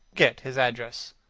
get his address.